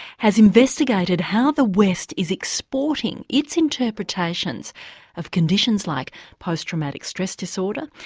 has investigated how the west is exporting its interpretations of conditions like post-traumatic stress disorder,